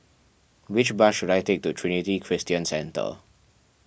which bus should I take to Trinity Christian Centre